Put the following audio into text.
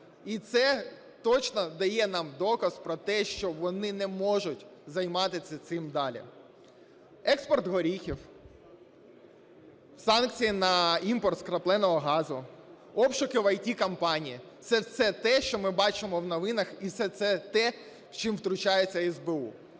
І це точно дає нам доказ про те, що вони не можуть займатися цим далі. Експорт горіхів, санкції на імпорт скрапленого газу, обшуки в ІТ-компанії – це все те, що ми бачимо в новинах, і це все те, в що втручається СБУ.